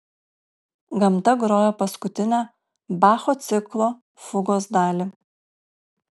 gamta grojo paskutinę bacho ciklo fugos dalį